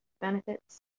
benefits